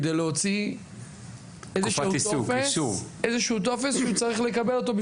כדי להוציא איזה שהוא טופס שהוא צריך לקבל אותו.